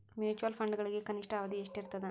mutual ಫಂಡ್ಗಳಿಗೆ ಕನಿಷ್ಠ ಅವಧಿ ಎಷ್ಟಿರತದ